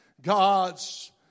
God's